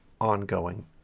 ongoing